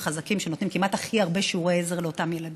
חזקים שנותנים כמעט הכי הרבה שיעורי עזר לאותם ילדים.